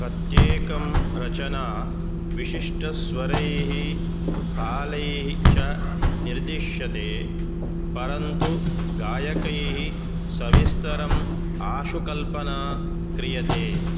प्रत्येकं रचना विशिष्टस्वरैः तालैः च निर्दिश्यते परन्तु गायकैः सविस्तरम् आशुकल्पना क्रियते